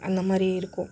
அந்த மாதிரி இருக்கும்